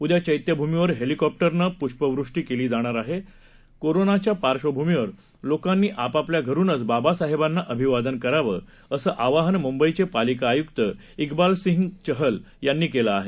उद्या चैत्यभूमीवर हेल्पिकॉप्टरनं पुष्पवृष्टी केली जाणार आहे कोरोनाच्या पार्श्वभूमीवर लोकांनी आपापल्या घरुनच बाबासाहेबांना अभिवादन करावं असं आवाहन मुंबईचे पालिका आयुक्त िबाल सिंग चहल यांनी केलं आहे